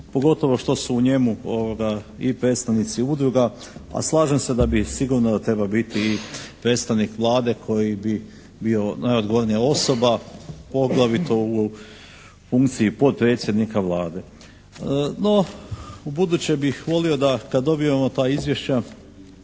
pogotovo što su u njemu i predstavnici udruga a slažem se da bi sigurno da treba biti i predstavnik Vlade koji bi bio najodgovornija osoba poglavito u funkciji potpredsjednika Vlade. No ubuduće bih volio da kada dobijemo ta izvješća